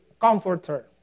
comforter